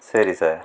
சரி சார்